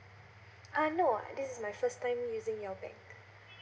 uh no this is my first time using your bank